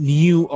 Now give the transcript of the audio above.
new